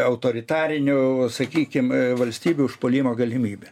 autoritarinių sakykim valstybių užpuolimo galimybę